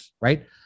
right